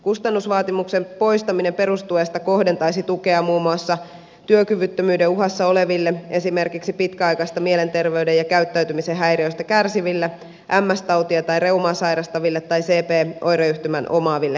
kustannusvaatimuksen poistaminen perustuesta kohdentaisi tukea muun muassa työkyvyttömyyden uhassa oleville esimerkiksi pitkäaikaisista mielenterveyden ja käyttäytymisen häiriöistä kärsiville ms tau tia tai reumaa sairastaville tai cp oireyhtymän omaaville henkilöille